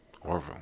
orville